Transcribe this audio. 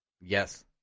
Yes